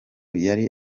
yari